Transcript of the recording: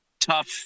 tough